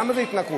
למה זו התנכרות?